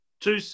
two